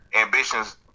ambitions